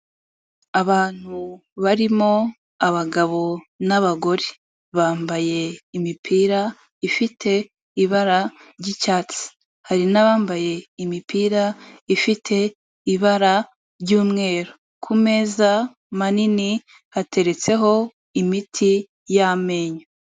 Abantu barimo abagabo n'abagore, bambaye imipira ifite ibara ry'icyatsi, hari n'abambaye imipira ifite ibara ry'umweru, ku meza manini hateretseho imiti y'amenyo.